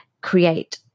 create